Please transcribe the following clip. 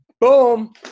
Boom